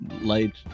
light